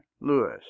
Lewis